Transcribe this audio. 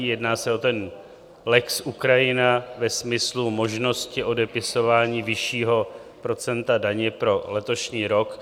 Jedná se o ten lex Ukrajina ve smyslu možnosti odepisování vyššího procenta daně pro letošní rok.